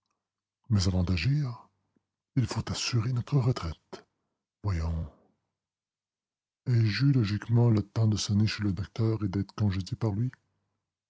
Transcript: mais avant d'agir il faut assurer notre retraite voyons ai-je eu logiquement le temps de sonner chez le docteur et d'être congédié par lui